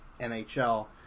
NHL